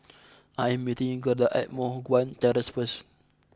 I am meeting Gerda at Moh Guan Terrace first